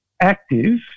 active